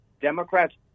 Democrats